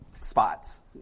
spots